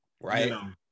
right